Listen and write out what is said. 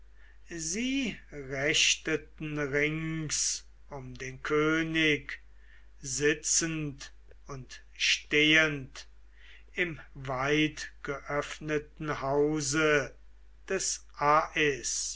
sie richteten rings um den könig sitzend und stehend im weitgeöffneten hause des